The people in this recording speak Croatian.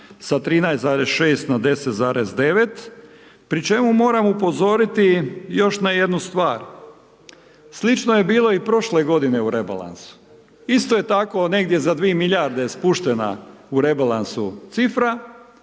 sa 13,6 na 10,9, pri čemu moram upozoriti još na jednu stvar, slično je bilo i prošle godine u rebalansu, isto je tako negdje za 2 milijarde spuštena u rebalansu cifra